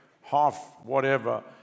half-whatever